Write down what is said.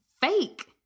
fake